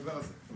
נדבר על זה.